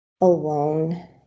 alone